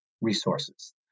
resources